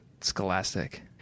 Scholastic